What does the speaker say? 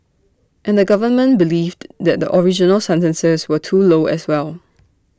and the government believed that the original sentences were too low as well